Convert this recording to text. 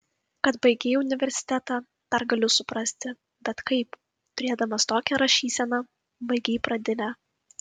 kad baigei universitetą dar galiu suprasti bet kaip turėdamas tokią rašyseną baigei pradinę